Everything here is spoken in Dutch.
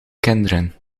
kinderen